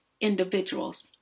individuals